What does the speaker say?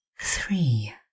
three